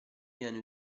viene